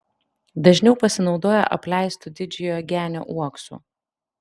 dažniau pasinaudoja apleistu didžiojo genio uoksu